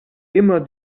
immer